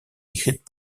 écrite